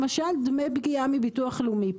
למשל דמי פגיעה מביטוח לאומי.